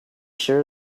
sure